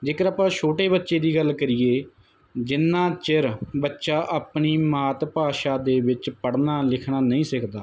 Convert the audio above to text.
ਜੇਕਰ ਆਪਾਂ ਛੋਟੇ ਬੱਚੇ ਦੀ ਗੱਲ ਕਰੀਏ ਜਿੰਨਾਂ ਚਿਰ ਬੱਚਾ ਆਪਣੀ ਮਾਤ ਭਾਸ਼ਾ ਦੇ ਵਿੱਚ ਪੜ੍ਹਨਾ ਲਿਖਣਾ ਨਹੀਂ ਸਿੱਖਦਾ